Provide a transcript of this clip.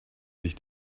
sich